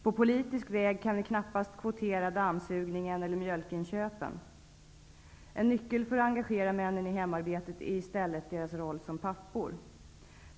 På politisk väg kan vi knappast kvotera dammsugningen eller mjölkinköpen. En nyckel för att engagera männen i hemarbetet är i stället deras roll som pappor.